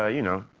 ah you know,